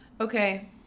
Okay